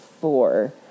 four